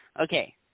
Okay